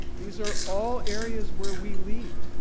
these are all areas where we lead,